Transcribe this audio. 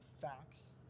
facts